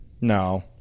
No